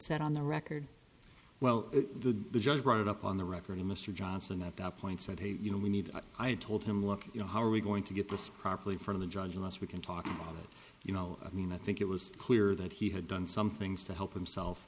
said on the record well the judge brought it up on the record to mr johnson at that point said hey you know we need i told him look you know how are we going to get this properly from the judge unless we can talk about it you know i mean i think it was clear that he had done something to help himself